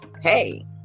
Hey